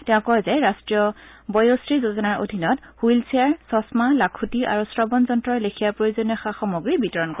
তেওঁ কয় যে ৰাষ্ট্ৰীয় বয়োশ্ৰী যোজনাৰ আধীনত হুইলচেয়াৰ চচমা লাখুটী আৰু শ্ৰৱণ যন্ত্ৰৰ লেখীয়া প্ৰয়োজনীয় সা সামগ্ৰী বিতৰণ কৰা হৈছে